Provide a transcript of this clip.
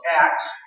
Acts